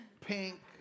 pink